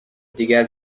دیگر